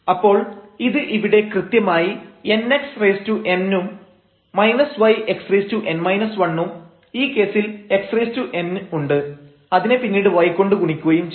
അപ്പോൾ ഇത് ഇവിടെ കൃത്യമായി nxn ഉം yxn 1 ഉം ഈ കേസിൽ xn ഉണ്ട് അതിനെ പിന്നീട് y കൊണ്ട് ഗുണിക്കുകയും ചെയ്തു